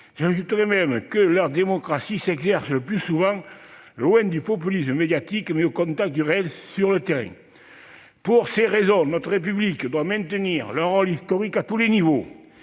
J'ajoute que leur démocratie s'exerce le plus souvent loin du populisme médiatique, au contact du réel, sur le terrain. Pour ces raisons, notre République doit maintenir leur rôle historique à tous les niveaux.